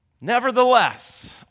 Nevertheless